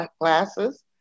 classes